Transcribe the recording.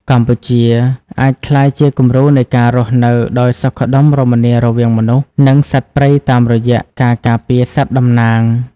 កម្ពុជាអាចក្លាយជាគំរូនៃការរស់នៅដោយសុខដុមរមនារវាងមនុស្ស និងសត្វព្រៃតាមរយៈការការពារសត្វតំណាង។